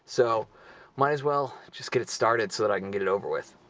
so might as well just get it started so that i can get it over with.